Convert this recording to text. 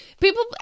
People